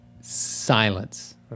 silence